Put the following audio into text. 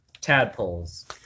Tadpoles